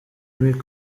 mille